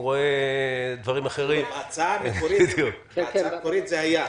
הוא רואה דברים אחרים --- בהצעה המקורית זה היה.